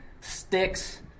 sticks